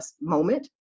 moment